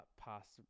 past